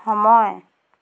সময়